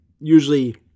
usually